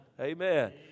Amen